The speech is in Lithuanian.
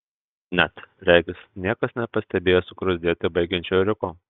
net regis niekas nepastebėjo sugruzdėti baigiančio ėriuko